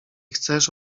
chcesz